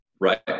right